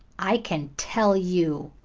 i can tell you!